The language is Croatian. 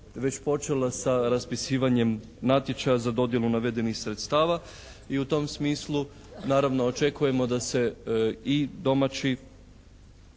već počela sa raspisivanjem natječaja za dodjelu navedenih sredstava i u tom smislu naravno očekujemo da se i domaći